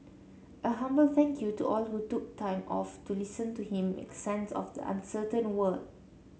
a humble thank you to all who took time off to listen to him make sense of the uncertain world